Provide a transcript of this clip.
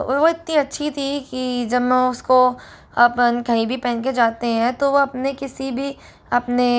वो इतनी अच्छी थी कि जब मैं उसको अपन कहीं भी पहन के जाते हैं तो वह अपने किसी भी अपने